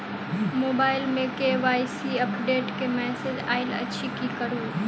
Mobile मे KYC update केँ message आइल अछि की करू?